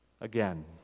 again